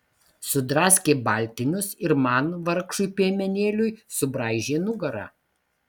sudraskė baltinius ir man vargšui piemenėliui subraižė nugarą